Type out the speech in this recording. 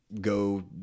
go